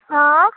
हँ